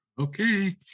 Okay